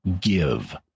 give